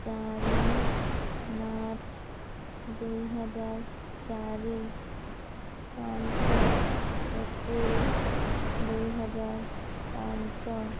ଚାରି ମାର୍ଚ୍ଚ ଦୁଇହଜାର ଚାରି ପାଞ୍ଚ ଏପ୍ରିଲ ଦୁଇହଜାର ପାଞ୍ଚ